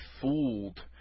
fooled